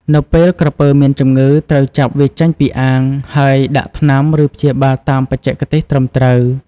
នៅពេលក្រពើមានជំងឺ ត្រូវចាប់វាចេញពីអាង ហើយដាក់ថ្នាំ ឬព្យាបាលតាមបច្ចេកទេសត្រឹមត្រូវ។